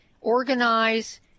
organize